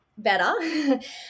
better